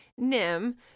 nim